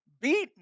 beaten